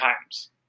times